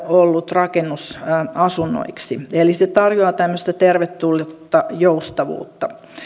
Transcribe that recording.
ollut rakennus asunnoiksi eli se tarjoaa tämmöistä tervetullutta joustavuutta